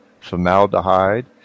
formaldehyde